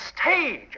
stage